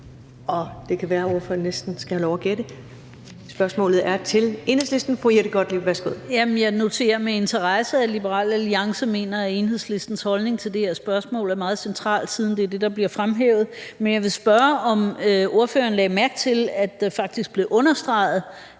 og det kan være, at ordføreren næsten skal have lov at gætte. Spørgsmålet er fra Enhedslisten. Fru Jette Gottlieb, værsgo. Kl. 15:57 Jette Gottlieb (EL): Jamen jeg noterer mig med interesse, at Liberal Alliance mener, at Enhedslistens holdning til det her spørgsmål er meget central, siden det er det, der bliver fremhævet. Men jeg vil spørge, om ordføreren lagde mærke til, at det faktisk blev understreget,